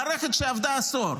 מערכת שעבדה עשור,